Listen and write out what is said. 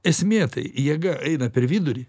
esmė tai jėga eina per vidurį